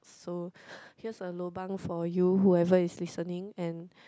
so here's a lobang for you whoever is listening and